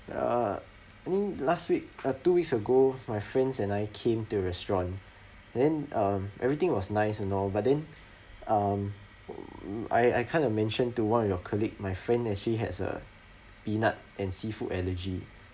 ya I mean last week uh two weeks ago my friends and I came to your restaurant and then um everything was nice you know but then um I I kind of mentioned to one of your colleague my friend actually has a peanut and seafood allergy